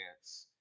chance